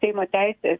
seimo teisės